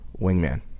wingman